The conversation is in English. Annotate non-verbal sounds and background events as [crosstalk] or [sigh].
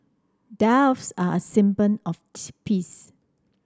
doves are a [unintelligible] of [noise] peace